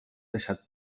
deixat